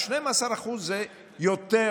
ה-12% הם יותר